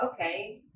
Okay